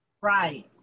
Right